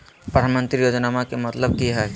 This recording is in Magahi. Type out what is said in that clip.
प्रधानमंत्री योजनामा के मतलब कि हय?